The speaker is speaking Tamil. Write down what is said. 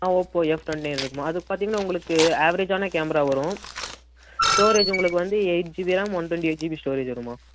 ஆ ஓப்போ எஃப் டுவெண்டி நைன் இருக்குதும்மா அது பார்த்தீங்கன்னா உங்களுக்கு ஆவரேஜான கேமரா வரும் ஸ்டோரேஜ் உங்களுக்கு வந்து eight GB RAM one twenty eight GB storage வரும்மா